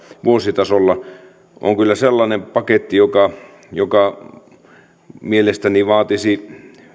vuositasolla tämä on kyllä sellainen paketti joka mielestäni vaatisi